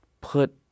put